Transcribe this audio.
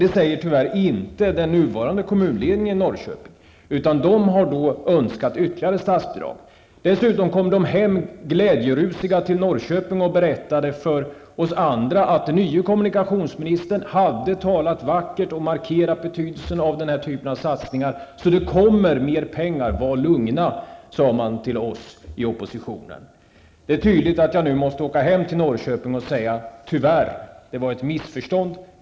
Det säger tyvärr inte den nuvarande ledningen i Norrköpings kommun, utan man önskar ytterligare statsbidrag. Dessutom kom man hem till Norrköping rusig av glädje och berättade för oss andra att den nye kommunikationsministern hade talat vackert och markerat betydelsen av den här typen av satsningar. Det kommer mera pengar, så var lugna! Det var vad man sade till oss i oppositionen. Det är tydligt att jag får åka hem till Norrköping med beskedet: Tyvärr, det har blivit ett missförstånd.